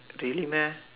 really meh